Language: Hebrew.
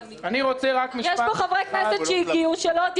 יש פה חברי כנסת שהגיעו ולא דיברו.